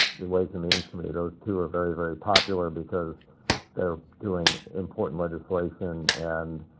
the ways and means committee those two are very, very popular because they're doing important legislation and